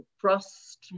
trust